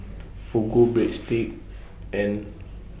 Fugu Breadsticks and